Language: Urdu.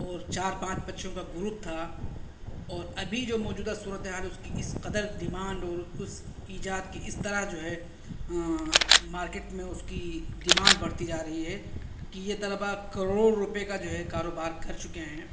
اور چار پانچ بچوں کا گروپ تھا اور ابھی جو موجودہ صورت حال اس کی اس قدر ڈیمانڈ اور اس ایجاد کی اس طرح جو ہے مارکیٹ میں اس کی ڈیمانڈ بڑھتی جا رہی ہے کہ یہ طلبا کروڑوں روپئے کا جو ہے کاروبار کر چکے ہیں